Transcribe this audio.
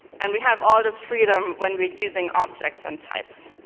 and we have all this freedom when we are using objects and types.